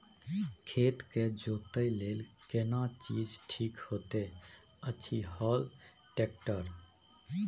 खेत के जोतय लेल केना चीज ठीक होयत अछि, हल, ट्रैक्टर?